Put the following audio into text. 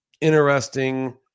interesting